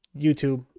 YouTube